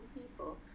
people